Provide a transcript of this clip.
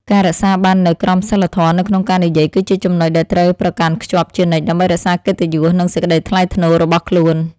ការរក្សាបាននូវក្រមសីលធម៌នៅក្នុងការនិយាយគឺជាចំណុចដែលត្រូវប្រកាន់ខ្ជាប់ជានិច្ចដើម្បីរក្សាកិត្តិយស និងសេចក្តីថ្លៃថ្នូររបស់ខ្លួន។